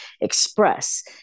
express